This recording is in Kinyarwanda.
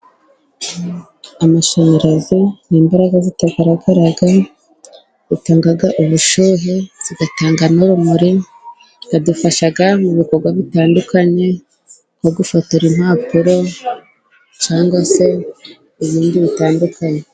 Amashanyarazi ni imbaragaraga zitagaragara, zitanga ubushyuhe, zigatanga n'urumuri, adufasha mu bikorwa bitandukanye nko gufotora impapuro cyangwa se ibindi bitandukanye.